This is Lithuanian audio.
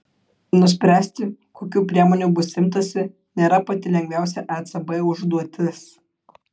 nuspręsti kokių priemonių bus imtasi nėra pati lengviausia ecb užduotis